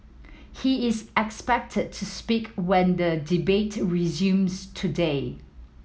he is expected to speak when the debate resumes today